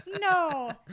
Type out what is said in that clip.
no